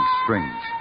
strings